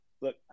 look